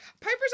Piper's